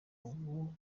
ubu